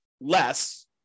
Less